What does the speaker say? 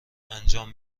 انجام